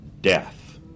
death